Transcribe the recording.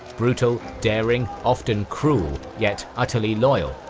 brutal, daring, often cruel, yet utterly loyal,